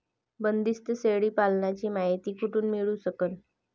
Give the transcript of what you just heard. बंदीस्त शेळी पालनाची मायती कुठून मिळू सकन?